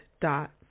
dot